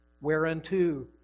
whereunto